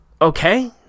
Okay